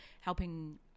helping